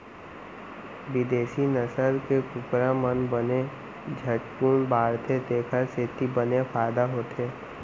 बिदेसी नसल के कुकरा मन बने झटकुन बाढ़थें तेकर सेती बने फायदा होथे